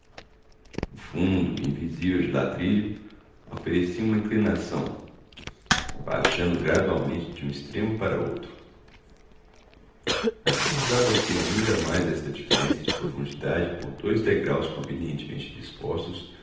o fundo invisível de ladrilho oferecia uma inclinação baixando gradualmente de um extremo para outro acusava-se ainda mais esta diferença de profundidade por dois degraus convenientemente dispostos